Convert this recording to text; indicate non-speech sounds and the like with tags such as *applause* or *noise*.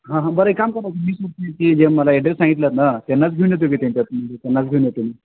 हां हां बरं काम करा मी *unintelligible* मला ॲड्रेस सांगितलात ना त्यांनाच घेऊन येतो की त्यांच्यात त्यांनाच घेऊन येतो मी